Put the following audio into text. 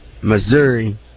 Missouri